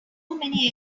many